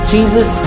Jesus